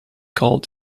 called